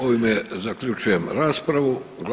Ovime zaključujem raspravu.